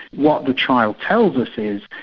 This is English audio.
what the trial tells us is,